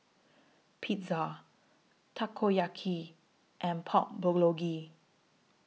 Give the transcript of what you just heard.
Pizza Takoyaki and Pork Bulgogi